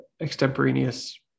extemporaneous